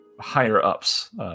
higher-ups